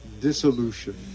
Dissolution